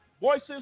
voices